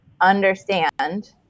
understand